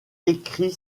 écrit